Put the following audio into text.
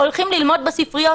הולכים ללמוד בספריות,